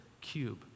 cube